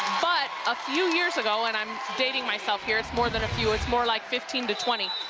but, a few years ago, and i'm dating myself here, it's more than a few, it's more like fifteen to twenty,